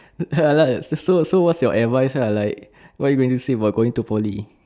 ha lah so so what is your advice ah like what you going to say about going to poly